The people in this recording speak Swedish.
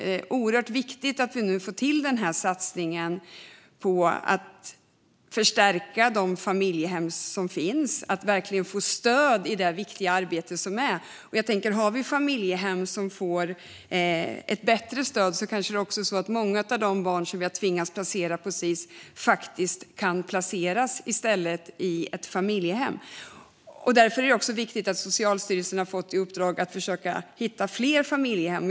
Det är oerhört viktigt att vi nu får till satsningen på att förstärka de familjehem som finns så att de verkligen får stöd i det viktiga arbetet. Jag tänker att om vi har familjehem som får ett bättre stöd kanske också många av de barn som vi har tvingats placera på Sis i stället kan placeras i familjehem. Därför är det viktigt att Socialstyrelsen har fått i uppdrag att försöka hitta fler familjehem.